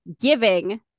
giving